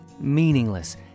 meaningless